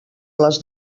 les